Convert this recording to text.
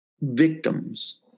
victims